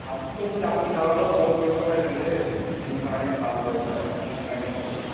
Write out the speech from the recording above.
তাতকে যদি আপুনি আৰু অলপ কম কৰিব পাৰে তেন্তে মোৰ কাৰণে ভাল হয় আৰু আপোনাৰ কাৰণেও ভাল হয় দিয়ক